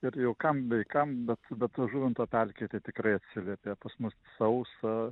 ir jau kam bei kam bet bet žuvinto pelkė tai tikrai atsiliepė pas mus sausa